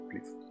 please